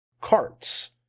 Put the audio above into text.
carts